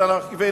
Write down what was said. אז אנחנו בסדר.